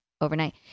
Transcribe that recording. overnight